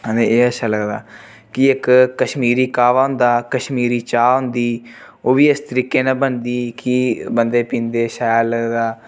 अते एह् अच्छा लगदा कि इक कश्मीरी काह्वा होंदा कश्मीरी चाह् होंदी ओह् बी इस तरीकै न बनदी कि बंदे पींदे शैल लगदा